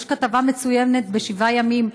יש כתבה מצוינת ב-7 ימים,